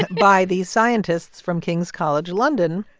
by these scientists from king's college london.